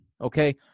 okay